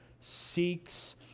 seeks